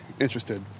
interested